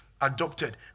adopted